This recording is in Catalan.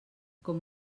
com